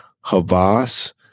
Havas